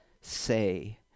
say